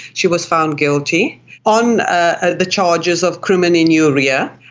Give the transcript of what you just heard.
she was found guilty on ah the charges of crimen injuria,